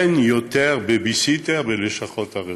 אין יותר בייביסיטר בלשכות הרווחה.